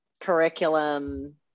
curriculum